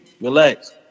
Relax